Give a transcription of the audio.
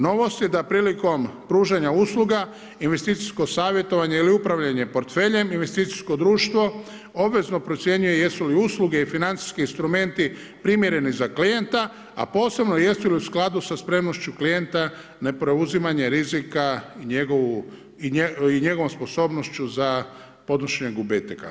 Novost je da prilikom pružanja usluga investicijsko savjetovanje ili upravljanje portfeljem, investicijsko društvo obvezno procjenjuje jesu li usluge i financijski instrumenti primjereni za klijenta a posebno jesu li u skladu sa spremnošću klijenta, ne preuzimanje rizika i njegovom sposobnošću za podnošenje gubitaka.